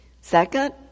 Second